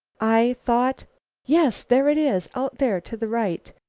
i thought yes, there it is out there to the right.